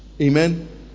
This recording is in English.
amen